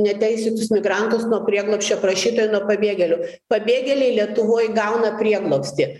neteisėtus migrantus nuo prieglobsčio prašytojų nuo pabėgėlių pabėgėliai lietuvoj gauna prieglobstį